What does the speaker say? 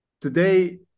today